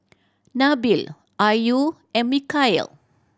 Nabil Ayu and Mikhail